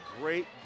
great